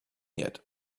yet